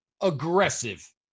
aggressive